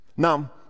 Now